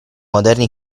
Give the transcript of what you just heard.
moderni